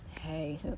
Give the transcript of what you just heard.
hey